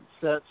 sets